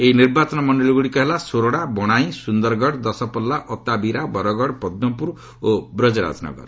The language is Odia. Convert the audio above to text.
ଏହି ନିର୍ବାଚନ ମଣ୍ଡଳୀଗୁଡ଼ିକ ହେଲା ସୋରଡ଼ା ବଣାଇଁ ସୁନ୍ଦରଗଡ଼ ଦଶପଲ୍ଲା ଅତାବିରା ବରଗଡ଼ ପଦ୍କପୁର ଓ ବ୍ରଜରାଜନଗର